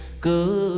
good